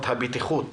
הבטיחות